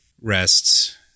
rests